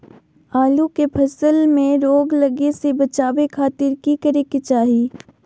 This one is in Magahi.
आलू के फसल में रोग लगे से बचावे खातिर की करे के चाही?